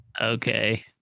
Okay